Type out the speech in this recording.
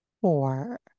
four